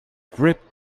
grip